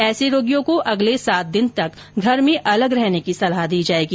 ऐसे रोगियों को अगले सात दिन तक घर में अलग रहने की सलाह दी जाएगी